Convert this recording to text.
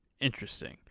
Interesting